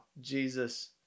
Jesus